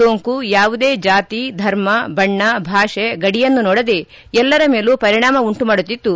ಸೋಂಕು ಯಾವುದೇ ಜಾತಿ ಧರ್ಮ ಬಣ್ಣ ಭಾಷೆ ಗಡಿಯನ್ನು ನೋಡದೇ ಎಲ್ಲರ ಮೇಲೂ ಪರಿಣಾಮ ಉಂಟುಮಾಡುತ್ತಿದ್ದು